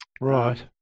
Right